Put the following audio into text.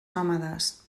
nòmades